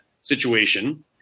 situation